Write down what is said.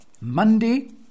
Monday